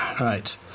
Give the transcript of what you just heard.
Right